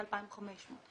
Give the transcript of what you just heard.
מ-2,500,